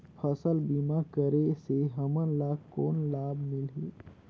फसल बीमा करे से हमन ला कौन लाभ मिलही?